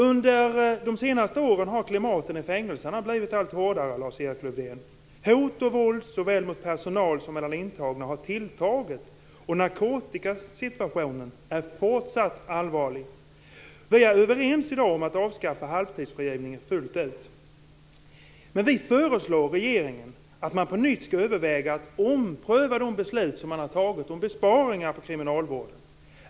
Under de senaste åren har klimatet i fängelserna blivit allt hårdare, Lars-Erik Lövdén. Hot och våld såväl mot personal som mellan intagna har tilltagit, och narkotikasituationen är fortsatt allvarlig. Vi är i dag överens om att fullt ut avskaffa halvtidsfrigivningen. Men vi föreslår regeringen att man på nytt skall överväga att ompröva de beslut som man har fattat om besparingar på kriminalvården.